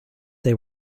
they